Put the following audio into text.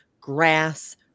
Grass